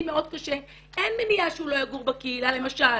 מאוד קשה אין מניעה שהוא יגור בקהילה למשל.